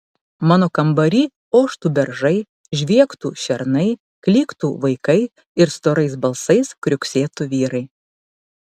mano kambary oštų beržai žviegtų šernai klyktų vaikai ir storais balsais kriuksėtų vyrai